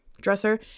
dresser